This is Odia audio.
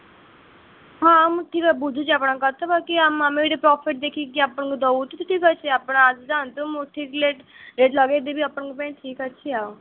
ହଁ ମୁଁ ଠିକ୍ରେ ବୁଝୁଛି ଆପଣଙ୍କ କଥା ବାକି ଆମେ ଆମର ପ୍ରଫିଟ୍ ଦେଖିକି ଆପଣଙ୍କୁ ଦେଉ ଠିକ୍ ଅଛି ଆପଣ ଆସି ଯାଆନ୍ତୁ ମୁଁ ଠିକ୍ ରେଟ୍ଟ୍ ଲଗେଇ ଦେବି ଆପଣଙ୍କୁ ପାଇଁ ଠିକ୍ ଅଛି ଆଉ